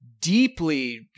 deeply –